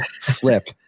flip